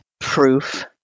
proof